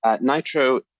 Nitro